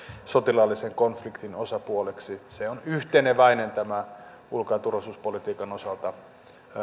sotilaallisen konfliktin osapuoleksi se on yhteneväinen ulko ja turvallisuuspolitiikan osalta